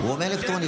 הוא אומר אלקטרונית.